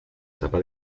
etapa